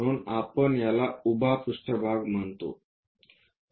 म्हणूनच आपण याला उभा पृष्ठभाग म्हणतो